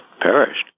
perished